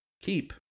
keep